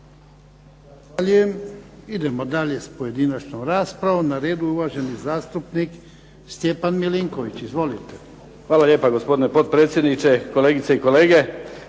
Hvala lijepa gospodine potpredsjedniče, kolegice i kolege.